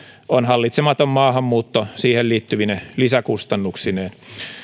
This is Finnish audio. on hallitsematon maahanmuutto siihen liittyvine lisäkustannuksineen